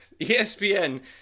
ESPN